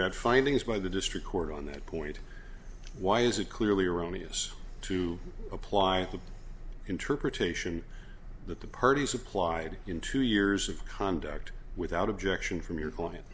got findings by the district court on that point why is it clearly erroneous to apply the interpretation that the parties supplied in two years of conduct without objection from your client